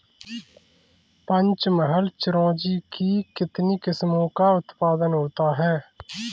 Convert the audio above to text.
पंचमहल चिरौंजी की कितनी किस्मों का उत्पादन होता है?